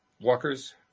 walkers